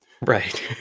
Right